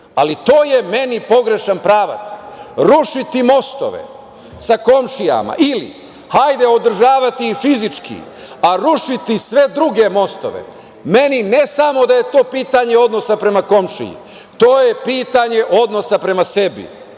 ali to je meni pogrešan pravac. Rušiti mostove sa komšijama ili hajde održavati ih fizički, a rušiti sve druge mostove, meni ne samo da je to pitanje odnosa prema komšiji, to je pitanje odnosa prema sebi